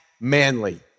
manly